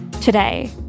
Today